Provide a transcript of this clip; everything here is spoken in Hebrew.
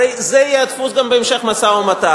הרי זה יהיה הדפוס גם בהמשך המשא-ומתן.